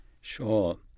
Sure